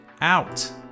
out